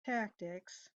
tactics